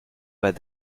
pas